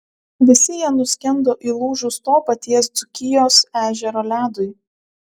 visi jie nuskendo įlūžus to paties dzūkijos ežero ledui